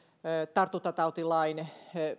tartuntatautilain